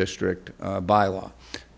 district by law